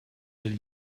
del